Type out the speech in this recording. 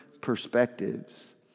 perspectives